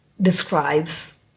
describes